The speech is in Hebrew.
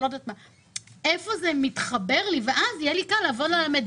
איפה התכנית שלכם מתחברת לזה?